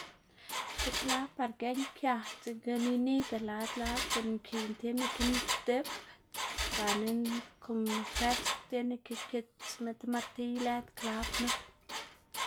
ti klab par gi'an kia dzekna inida lad lad, gu'n nki'n tiene ke ndip gana kon fwers tiene ke kitsma ti martiy lëd klab knu.